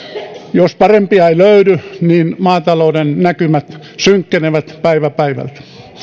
jos parempia ei löydy niin maatalouden näkymät synkkenevät päivä päivältä